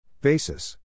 Basis